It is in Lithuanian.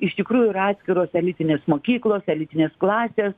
iš tikrųjų yra atskiros elitinės mokyklos elitinės klasės